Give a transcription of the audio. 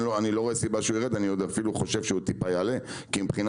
אני לא רואה סיבה שהוא ירד אני אפילו חושב שהוא קצת יעלה כי מבחינה